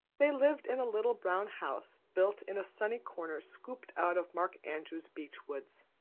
they lived in a little brown house built in a sunny corner scooped out of mark andrew's beech woods.